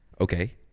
Okay